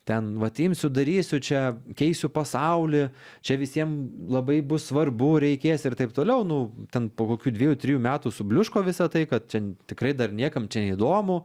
ten vat imsiu darysiu čia keisiu pasaulį čia visiem labai bus svarbu reikės ir taip toliau nu ten po kokių dviejų trijų metų subliūško visa tai kad čia tikrai dar niekam neįdomu